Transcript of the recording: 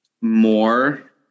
more